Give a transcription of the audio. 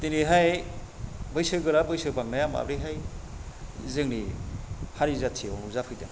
दिनैहाय बैसो गोरा बैसो बांनाया माब्रैहाय जोंनि हारि जाथियाव नुजाफैदों